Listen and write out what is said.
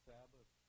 Sabbath